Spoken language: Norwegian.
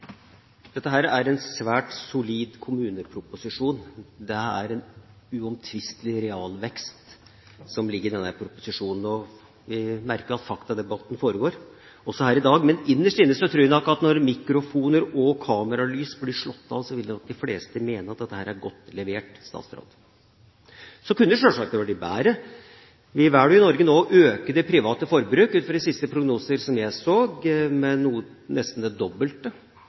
her i dag, men innerst inne tror jeg at når mikrofoner og kameralys blir slått av, vil de fleste mene at dette er godt levert, statsråd! Det kunne sjølsagt ha blitt bedre. Vi velger jo nå i Norge å øke det private forbruket. Ut fra de siste prognosene jeg har sett, er forbruket nesten det dobbelte